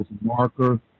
marker